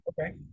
okay